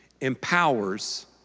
empowers